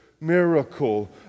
miracle